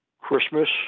Christmas